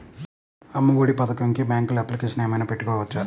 అమ్మ ఒడి పథకంకి బ్యాంకులో అప్లికేషన్ ఏమైనా పెట్టుకోవచ్చా?